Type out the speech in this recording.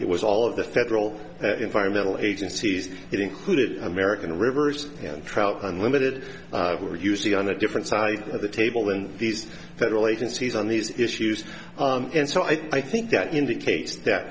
it was all of the federal environmental agencies it included american rivers and trout unlimited were usually on a different side of the table in these federal agencies on these issues and so i think that indicates that